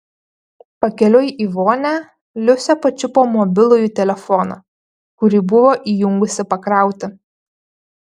pakeliui į vonią liusė pačiupo mobilųjį telefoną kurį buvo įjungusi pakrauti